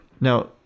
Now